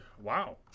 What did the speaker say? wow